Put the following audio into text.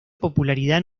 popularidad